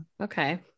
Okay